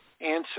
answer